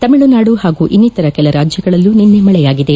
ತಮಿಳುನಾಡು ಹಾಗೂ ಇನ್ನಿತರ ಕೆಲ ರಾಜ್ಬಗಳಲ್ಲೂ ನಿನ್ನೆ ಮಳೆಯಾಗಿದೆ